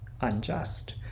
unjust